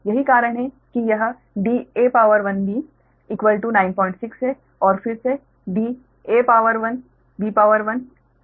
यही कारण है कि यह dab 96 है और फिर से dab ab एक ही बात ab फिर से 10 मीटर है